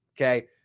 Okay